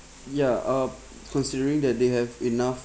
yeah uh considering that they have enough